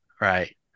right